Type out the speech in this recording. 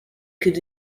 could